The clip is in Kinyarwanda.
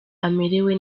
amerewe